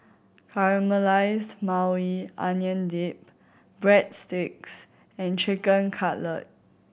Caramelized Maui Onion Dip Breadsticks and Chicken Cutlet